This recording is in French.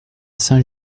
saint